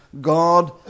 God